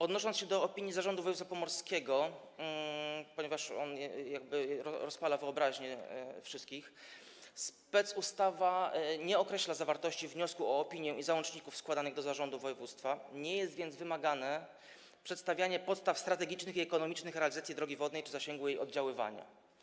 Odnosząc się do opinii Zarządu Województwa Pomorskiego, ponieważ on jakby rozpala wyobraźnię wszystkich - specustawa nie określa zawartości wniosku o opinię i załączników składanych do zarządu województwa, nie jest więc wymagane przedstawianie podstaw strategicznych i ekonomicznych realizacji drogi wodnej czy zasięgu jej oddziaływania.